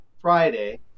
Friday